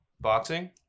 Boxing